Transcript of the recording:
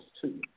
two